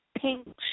pink